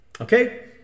Okay